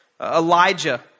Elijah